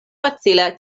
facile